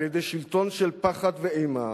על-ידי שלטון של פחד ואימה,